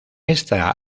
esta